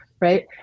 Right